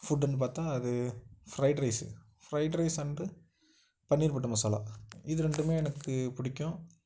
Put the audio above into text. ஃபுட்டுனு பார்த்தா அது fried rice fried rice and paneer butter masala இது ரெண்டுமே எனக்கு பிடிக்கும்